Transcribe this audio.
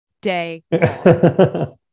day